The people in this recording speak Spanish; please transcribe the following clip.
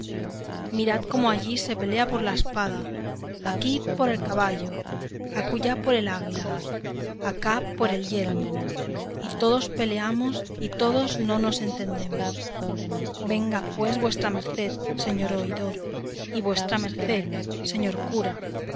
mirad cómo allí se pelea por la espada aquí por el caballo acullá por el águila acá por el yelmo y todos peleamos y todos no nos entendemos venga pues vuestra merced señor oidor y vuestra merced señor cura